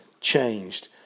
changed